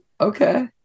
Okay